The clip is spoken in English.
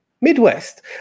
Midwest